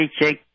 check